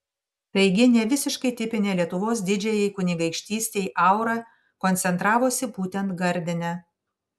taigi ne visiškai tipinė lietuvos didžiajai kunigaikštystei aura koncentravosi būtent gardine